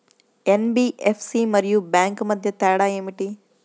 NBFC మరియు bank మధ్య తేడా ఏమిటీ?